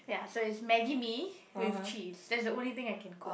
ya so is Maggi-Mee with cheese that's the only thing I can cook